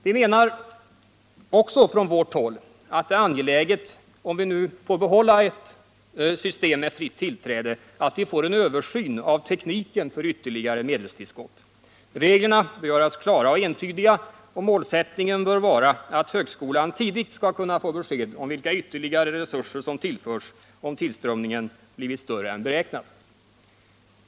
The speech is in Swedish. Vi menar att det är angeläget, om vi får behålla ett system med fritt tillträde, att få en översyn av tekniken för ytterligare medelstillskott. Reglerna bör göras klara och entydiga, och målsättningen bör vara att högskolan tidigt skall kunna få besked om vilka ytterligare resurser som tillförs om tillströmningen blivit större än beräknat.